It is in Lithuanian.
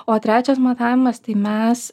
o trečias matavimas tai mes